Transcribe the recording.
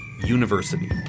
University